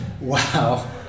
Wow